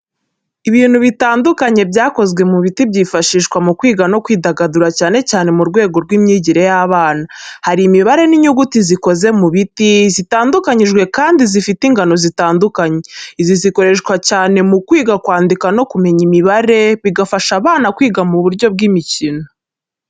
Ibintu bitandukanye byakozwe mu biti byifashishwa mu kwiga no kwidagadura cyane cyane mu rwego rw’imyigire y'abana. Hari imibare n’inyuguti zikoze mu biti, zitandukanyijwe kandi zifite ingano zitandukanye. Izi zikoreshwa cyane mu kwiga kwandika no kumenya imibare bigafasha abana kwiga mu buryo bw'imikino.